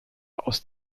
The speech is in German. aus